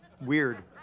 weird